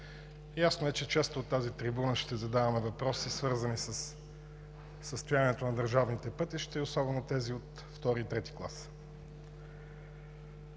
ясно е, че от тази трибуна ще задаваме въпроси, свързани със състоянието на държавните пътища и особени тези от втори и трети клас.